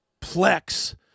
Plex